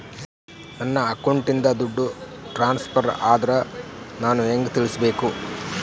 ನನ್ನ ಅಕೌಂಟಿಂದ ದುಡ್ಡು ಟ್ರಾನ್ಸ್ಫರ್ ಆದ್ರ ನಾನು ಹೆಂಗ ತಿಳಕಬೇಕು?